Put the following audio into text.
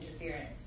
interference